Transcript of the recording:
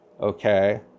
okay